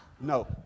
No